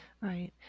Right